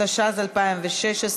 התשע"ז 2016,